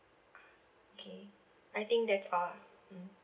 ah K I think that's all ah mm